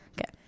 Okay